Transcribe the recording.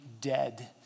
dead